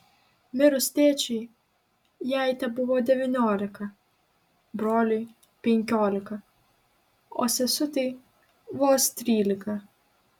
mirus tėčiui jai tebuvo devyniolika broliui penkiolika o sesutei vos trylika